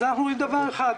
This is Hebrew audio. אז אנחנו רואים דבר אחד.